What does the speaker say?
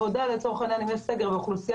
לצורך העניין אם יש סגר ואוכלוסייה